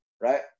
right